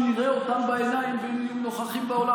הוא יראה אותם בעיניים והם נוכחים באולם.